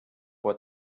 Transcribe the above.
what